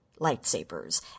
lightsabers